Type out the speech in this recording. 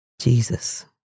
Jesus